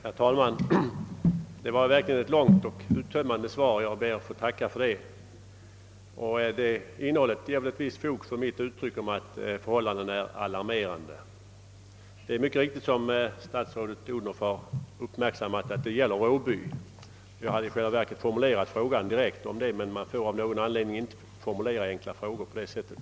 Herr talman! Det var verkligen ett långt och uttömmande svar. Jag ber att få tacka för det. Innehållet i svaret ger ett visst fog för mitt intryck att förhållandena är alarmerande. Som statsrådet Odhnoff har uppmärksammat gäller min fråga mycket riktigt Råby. I själva verket hade jag också velat formulera min fråga att direkt gälla den anstalten, men av någon anledning får man inte formulera enkla frågor på det sättet.